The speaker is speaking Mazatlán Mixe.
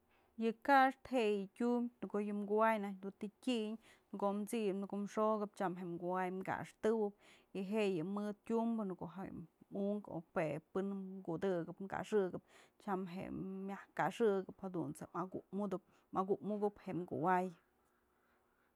Yë ka'axtë je'e yë tyum në ko'o kuay nak dun të tyën, në ko'o t'sip në ko'o xokëp, tyam je kuwayp kaxtëwëp y je'e yë mët tyumbë në ko'o je'e munk jue pën kudëkëp kaxëkëp tyam je'e myaj kaxëkëp jadut's je akujmukëp jem kuay.